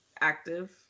active